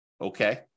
Okay